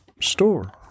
store